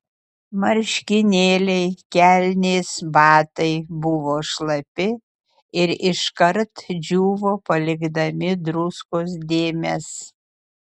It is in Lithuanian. marškinėliai kelnės batai buvo šlapi ir iškart džiūvo palikdami druskos dėmes